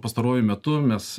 pastaruoju metu mes